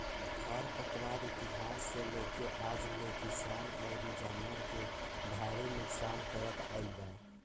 खर पतवार इतिहास से लेके आज ले किसान अउरी जानवर के भारी नुकसान करत आईल बा